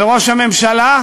וראש הממשלה?